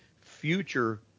future